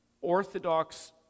orthodox